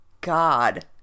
god